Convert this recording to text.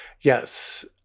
Yes